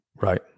Right